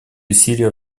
усилия